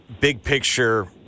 big-picture